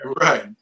Right